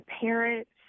parents